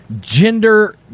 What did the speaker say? gender